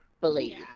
believe